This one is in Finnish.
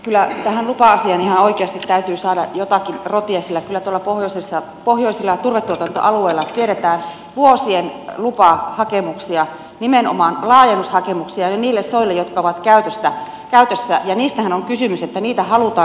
kyllä tähän lupa asiaan ihan oikeasti täytyy saada jotakin rotia sillä kyllä tuolla pohjoisilla turvetuotantoalueilla tiedetään vuosien lupahakemuksia nimenomaan laajennushakemuksia ja niille soille jotka ovat käytössä ja niistähän on kysymys ja niitä halutaan hyödyntää